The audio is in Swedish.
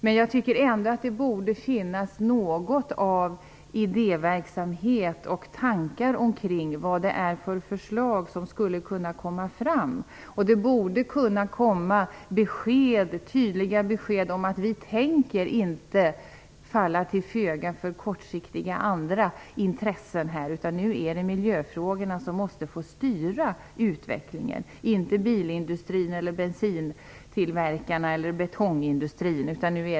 Men jag tycker ändå att det borde finnas något av idéverksamhet och tankar omkring vad det är för förslag som skulle kunna komma fram. Det borde kunna komma tydliga besked om att vi inte tänker falla till föga för kortsiktiga andra intressen, utan nu är det miljöfrågorna som måste få styra utvecklingen, inte bilindustrin, bensintillverkarna eller betongindustrin.